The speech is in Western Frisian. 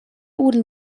oeren